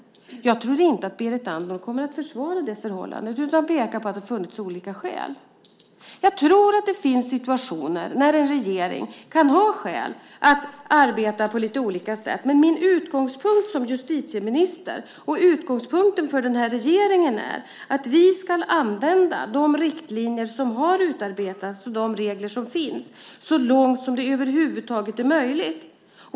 Jag tror inte att Berit Andnor kommer att försvara det förhållandet, utan peka på att det funnits olika skäl. Jag tror att det finns situationer när en regering kan ha skäl att arbeta på lite olika sätt. Min utgångspunkt som justitieminister, och utgångspunkten för den här regeringen, är emellertid att vi ska använda de riktlinjer som utarbetats och de regler som finns så långt som det över huvud taget är möjligt.